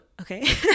okay